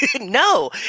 No